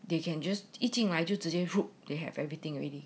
they can just 一进来就直接入 they have everything already